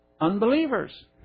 Unbelievers